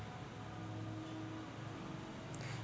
Subsidy वर सरकार बी बियानं पुरवते का?